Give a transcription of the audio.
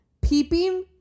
Peeping